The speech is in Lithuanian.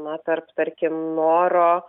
na tarp tarkim noro